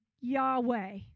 Yahweh